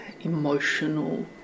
emotional